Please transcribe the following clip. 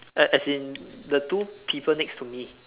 as as in the two people next to me